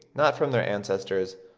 not from their ancestors,